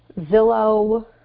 Zillow